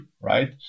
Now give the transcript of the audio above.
right